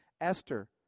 Esther